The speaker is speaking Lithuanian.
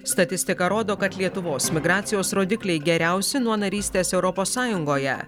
statistika rodo kad lietuvos migracijos rodikliai geriausi nuo narystės europos sąjungoje